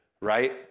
right